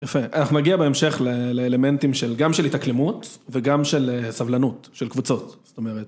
יפה אנחנו מגיע בהמשך לאלמנטים של גם של התאקלימות וגם של סבלנות של קבוצות זאת אומרת